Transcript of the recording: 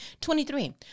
Twenty-three